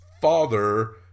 father